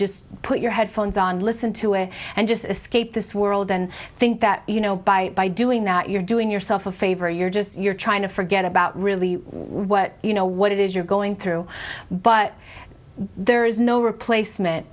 just put your headphones on listen to it and just escape this world and think that you know by by doing that you're doing yourself a favor you're just you're trying to forget about really what you know what it is you're going through but there is no replacement